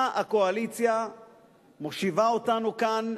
מה הקואליציה מושיבה אותנו כאן